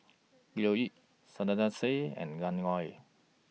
Leo Yip Sarkasi Said and Lan Loy